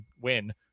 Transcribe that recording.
win